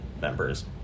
members